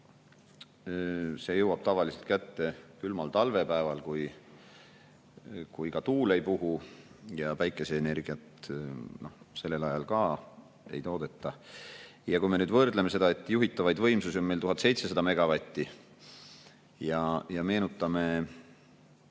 see jõuab tavaliselt kätte külmal talvepäeval, kui tuul ei puhu ja päikeseenergiat sellel ajal ka ei toodeta –, ja kui me vaatame seda, et juhitavaid võimsusi on meil 1700 megavatti, ja meenutame,